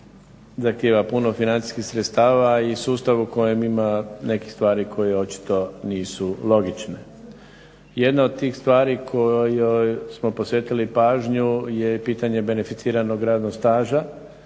zahtjeva puno financijskih sredstava i sustav u kojem ima nekih stvari koje očito nisu logične. Jedna od tih stvari kojoj smo posvetili pažnju je pitanje beneficiranog radnog staža.